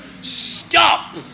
stop